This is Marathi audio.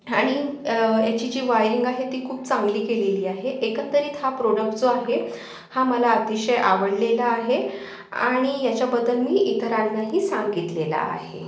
आणि याची जी वायरिंग आहे ती खूप चांगली केलेली आहे एकत्रित हा प्रोडक्ट जो आहे हा मला अतिशय आवडलेला आहे आणि याच्याबद्दल मी इतरांनाही सांगितलेलं आहे